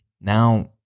now